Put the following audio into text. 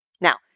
Now